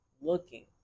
looking